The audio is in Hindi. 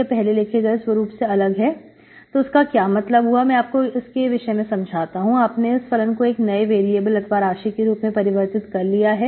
यह पहले लिखे गए स्वरूप से अलग है तो उसका क्या मतलब हुआ मैं आपको इसके विषय में समझाता हूं आपने इस फलन को एक नए वेरिएबल अथवा राशि के रूप में परिवर्तित कर लिया है